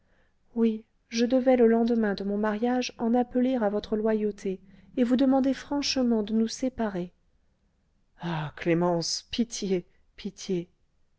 oui je devais le lendemain de mon mariage en appeler à votre loyauté et vous demander franchement de nous séparer ah clémence pitié pitié